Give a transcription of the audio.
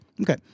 Okay